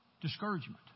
discouragement